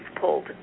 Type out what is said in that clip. pulled